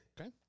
Okay